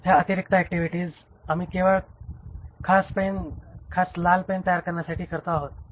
ह्या अतिरिक्त ऍक्टिव्हिटीज आम्ही केवळ खास पेन तयार करण्यासाठी करतो आहोत